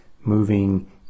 moving